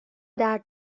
درد